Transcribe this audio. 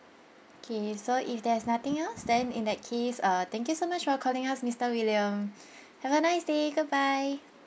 okay so if there's nothing else then in that case uh thank you so much for calling us mister william have a nice day goodbye